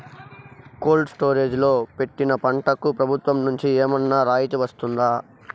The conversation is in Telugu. కోల్డ్ స్టోరేజ్ లో పెట్టిన పంటకు ప్రభుత్వం నుంచి ఏమన్నా రాయితీ వస్తుందా?